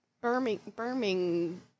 Birmingham